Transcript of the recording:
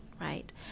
right